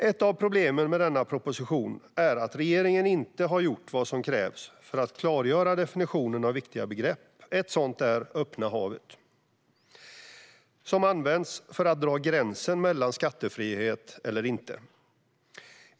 Ett av problemen med denna proposition är att regeringen inte har gjort vad som krävs för att klargöra definitionen av viktiga begrepp. Ett sådant är "öppna havet", som används för att dra gränsen mellan skattefrihet eller inte.